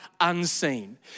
unseen